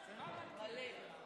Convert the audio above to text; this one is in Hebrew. שר המשפטים.